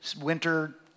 Winter